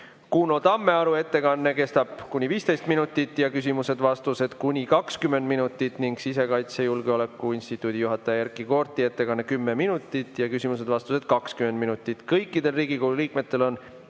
Kuno Tammearu ettekanne kestab kuni 15 minutit ja küsimused-vastused kuni 20 minutit ning Sisekaitse[akadeemia sise]julgeoleku instituudi juhataja Erkki Koorti ettekanne 10 minutit ja küsimused-vastused kuni 20 minutit. Kõikidel Riigikogu liikmetel on